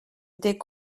des